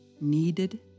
needed